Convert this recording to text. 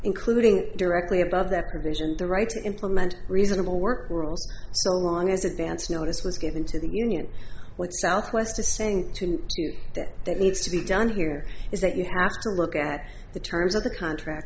including directly above that provision the right to implement reasonable work rules so long as advance notice was given to the union with southwest to sync to that that needs to be done here is that you have to look at the terms of the contract